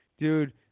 Dude